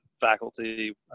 faculty